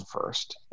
first